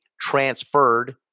transferred